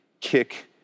kick